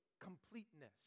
completeness